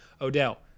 Odell